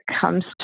comes